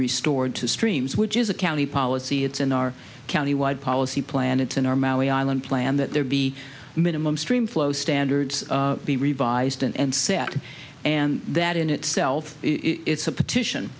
restored to streams which is a county policy it's in our county wide policy planets in our maui island plan that there be a minimum stream flow standards be revised and set and that in itself it's a petition